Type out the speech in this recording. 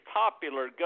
popular